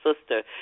sister